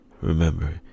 Remember